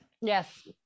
Yes